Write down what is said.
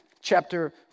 chapter